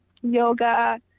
Yoga